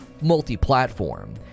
multi-platform